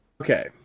Okay